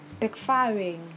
backfiring